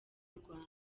rwanda